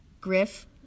Griff